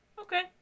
okay